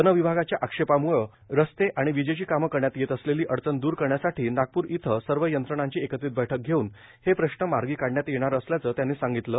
one विभागाच्या आक्षेपामुळे रस्ते आणि विजेची कामं करण्यात येत असलेली अडचण दूर करण्यासाठी नागपूर येथे सर्व यंत्रणांची एकत्रित बैठक घेऊन हे प्रश्न मार्गी काढण्यात येणार असल्याचं त्यांनी सांगितलं